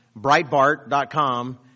Breitbart.com